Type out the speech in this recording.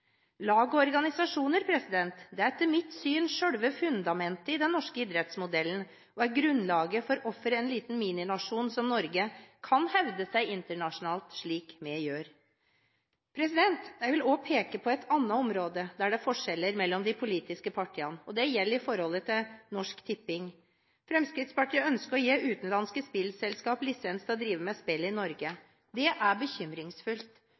Lag og organisasjoner er etter mitt syn selve fundamentet i den norske idrettsmodellen og er grunnlaget for hvorfor en liten mininasjon som Norge kan hevde seg internasjonalt, slik vi gjør. Jeg vil også peke på et annet område der det er forskjeller mellom de politiske partiene, og det gjelder forholdet til Norsk Tipping. Fremskrittspartiet ønsker å gi utenlandske spillselskaper lisens til å drive med spill i Norge. Det er bekymringsfullt,